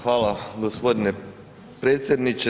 Hvala g. predsjedniče.